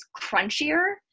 crunchier